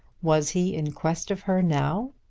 was he in quest of her now?